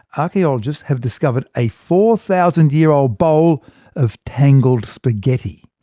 archaeologists have discovered a four thousand year old bowl of tangled spaghetti.